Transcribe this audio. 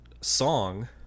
song